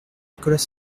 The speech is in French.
nicolas